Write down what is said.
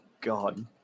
God